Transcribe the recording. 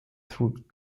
throat